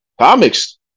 comics